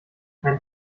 mein